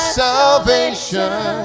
salvation